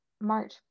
March